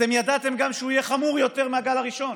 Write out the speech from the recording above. אתם גם ידעתם שהוא יהיה חמור יותר מהגל הראשון.